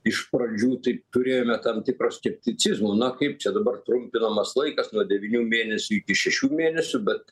iš pradžių tai turėjome tam tikro skepticizmo na kaip čia dabar trumpinamas laikas nuo devynių mėnesių iki šešių mėnesių bet